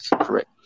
Correct